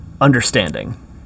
understanding